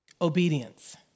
obedience